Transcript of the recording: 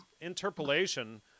interpolation